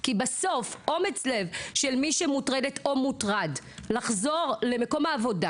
כי בסוף אומץ לב של מי שמוטרד או מוטרדת לחזור למקום העבודה,